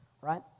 right